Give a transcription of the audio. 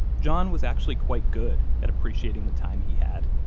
john was actually quite good at appreciating the time he had.